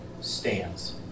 stands